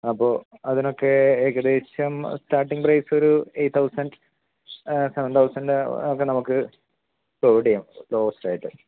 അപ്പോൾ അതിനൊക്കെ ഏകദേശം സ്റ്റാർട്ടിങ്ങ് പ്രൈസൊരു എയ്റ്റ് തൗസൻറ്റ് സെവൻ തൗസൻറ്റ് ഒക്കെ നമുക്ക് പ്രൊമോട്ട് ചെയ്യും ലോവസ്റ്റായിട്ട്